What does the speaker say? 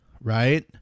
right